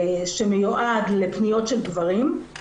שמיועד לפניות של גברים,